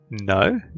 No